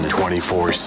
24